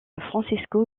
francesco